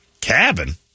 Cabin